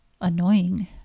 Annoying